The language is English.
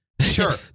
Sure